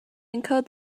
encode